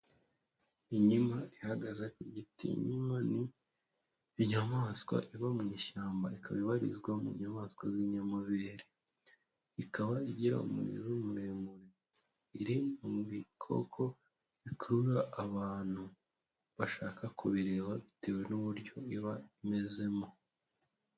Inkima ihagaze ku giti, inkima ni inyamaswa iba mu ishyamba, ikaba ibarizwa mu nyamaswa z'inyamabere, ikaba igira umurizo muremure, iri mu bikoko bikurura abantu bashaka kubireba bitewe n'uburyo iba imezemo.